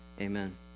amen